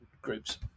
groups